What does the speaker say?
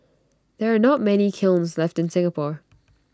there are not many kilns left in Singapore